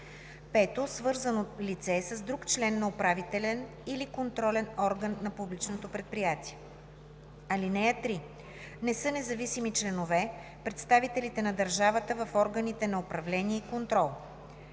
5. свързано лице с друг член на управителен или контролен орган на публичното предприятие. (3) Не са независими членове представителите на държавата в органите на управление и контрол.